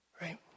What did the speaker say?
Right